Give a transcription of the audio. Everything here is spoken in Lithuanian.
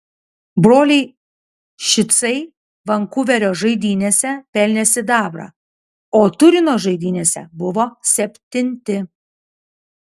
broliai šicai vankuverio žaidynėse pelnė sidabrą o turino žaidynėse buvo septinti